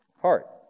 heart